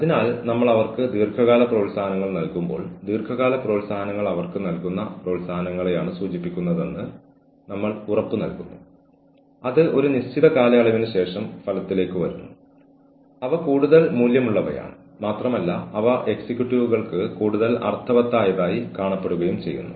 അതിനാൽ ഓർഗനൈസേഷന്റെ പ്രവർത്തനങ്ങളുടെയും പ്രക്രിയകളുടെയും സംരക്ഷകരെന്ന നിലയിൽ ജീവനക്കാർക്കും സൂപ്പർവൈസർമാർക്കും മാനേജർമാർക്കും മേലുദ്യോഗസ്ഥർക്കും ചുമതലയുള്ള ആളുകൾക്ക് ഇത് ഒരു വിജയ സാഹചര്യമായിരിക്കും